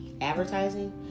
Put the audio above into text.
advertising